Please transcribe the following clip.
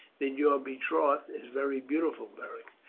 that your betrothed is very beautiful beric.